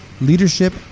leadership